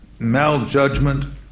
maljudgment